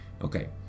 Okay